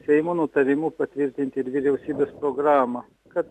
seimo nutarimu patvirtinti ir vyriausybės programą kad